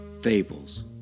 Fables